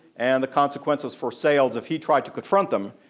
and the consequences for sales if he tried to confront them,